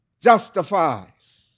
justifies